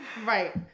Right